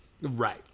Right